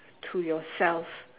to yourself